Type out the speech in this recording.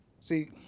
See